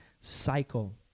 cycle